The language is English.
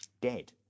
Dead